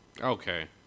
okay